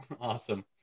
Awesome